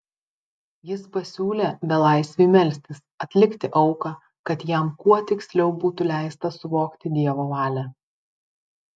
jis pasiūlė belaisviui melstis atlikti auką kad jam kuo tiksliau būtų leista suvokti dievo valią